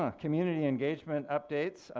ah community engagement updates.